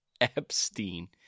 Epstein